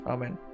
Amen